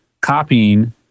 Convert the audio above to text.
copying